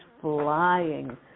flying